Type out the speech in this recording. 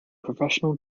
professional